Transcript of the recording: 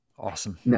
Awesome